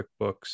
QuickBooks